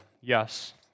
yes